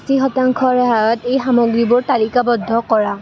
আশী শতাংশ ৰেহাইত এই সামগ্ৰীবোৰ তালিকাবদ্ধ কৰা